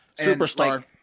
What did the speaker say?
Superstar